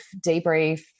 debrief